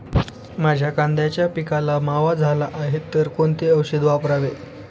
माझ्या कांद्याच्या पिकाला मावा झाला आहे तर कोणते औषध वापरावे?